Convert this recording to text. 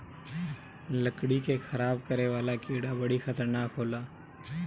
लकड़ी के खराब करे वाला कीड़ा बड़ी खतरनाक होला